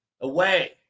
away